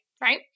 right